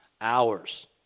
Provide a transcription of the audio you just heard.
hours